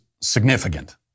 significant